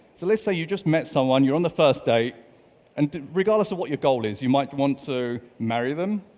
so let's say you just met someone, you're on the first date and regardless of what your goal is, you might want to marry them,